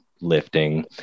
lifting